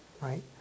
right